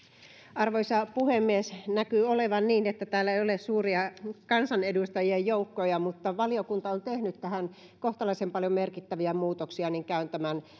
arvoisa puhemies näkyy olevan niin että täällä ei ole suuria kansanedustajien joukkoja mutta kun valiokunta on tehnyt tähän kohtalaisen paljon merkittäviä muutoksia niin käyn tämän